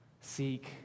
seek